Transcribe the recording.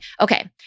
okay